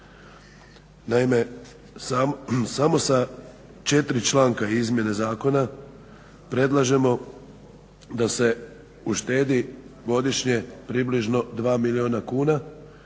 Naime, samo sa četiri članka izmjene zakona predlažemo da se uštedi godišnje približno 2 milijuna kuna,